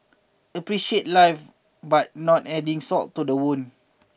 appreciate life but not adding salt to the wound